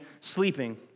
sleeping